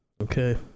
Okay